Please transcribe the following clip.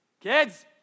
Kids